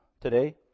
today